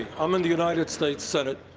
i'm in the united states senate,